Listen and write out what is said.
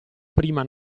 prima